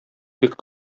бик